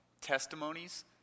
testimonies